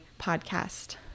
podcast